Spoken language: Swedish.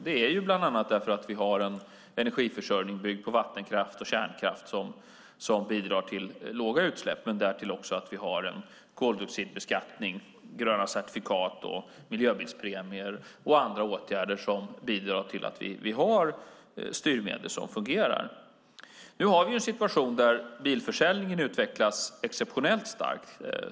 Det är bland annat för att vi har en energiförsörjning byggd på vattenkraft och kärnkraft som bidrar till låga utsläpp. Därtill har vi en koldioxidbeskattning, gröna certifikat, miljöbilspremier och andra styrmedel som fungerar. Nu har vi en situation där bilförsäljningen utvecklas exceptionellt starkt.